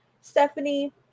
Stephanie